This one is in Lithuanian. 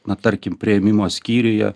na tarkim priėmimo skyriuje